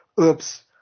oops